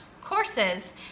Courses